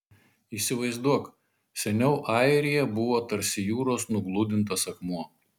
įsivaizduok seniau airija buvo tarsi jūros nugludintas akmuo